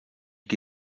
qui